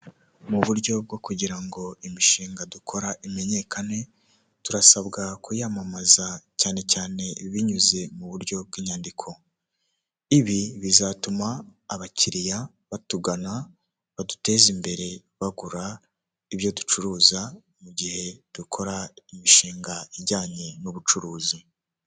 Mu buryo bwo kugira ngo imishinga dukora imenyekane, turasabwa kuyamamaza cyane cyane binyuze mu buryo bw'inyandiko. Ibi bizatuma abakiriya batugana baduteza imbere bagura ibyo ducuruza mu gihe dukora imishinga ijyanye n'ubucuruzi.